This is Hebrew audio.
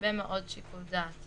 שיכול לסכן חיים,